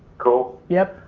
cool. yep.